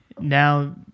now